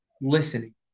listening